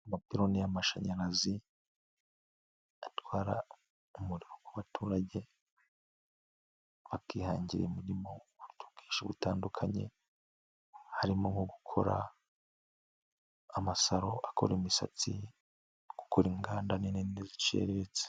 Amapironi y'amashanyarazi atwara umuriro w'abaturage, bakihangira imirimo mu buryo bwinshi butandukanye, harimo nko gukora amasaro akora imisatsi no gukora inganda nini n'iziciriritse.